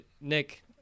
Nick